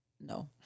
No